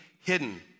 hidden